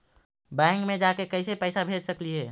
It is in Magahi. बैंक मे जाके कैसे पैसा भेज सकली हे?